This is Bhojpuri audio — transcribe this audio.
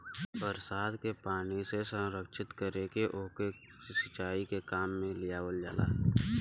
बरसात के पानी से संरक्षित करके ओके के सिंचाई के काम में लियावल जाला